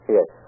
Yes